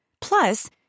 Plus